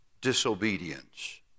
disobedience